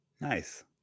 Nice